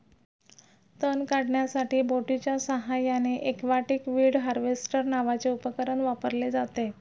तण काढण्यासाठी बोटीच्या साहाय्याने एक्वाटिक वीड हार्वेस्टर नावाचे उपकरण वापरले जाते